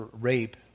rape